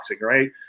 right